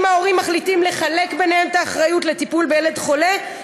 אם ההורים מחליטים לחלק ביניהם את האחריות לטיפול בילד חולה,